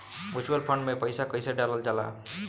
Mutual fund मे पईसा कइसे डालल जाला?